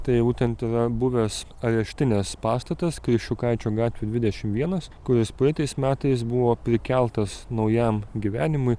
tai būtent yra buvęs areštinės pastatas kriščiukaičio gatvė dvidešimt vienas kuris praeitais metais buvo prikeltas naujam gyvenimui